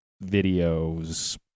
video's